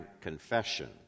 confession